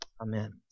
Amen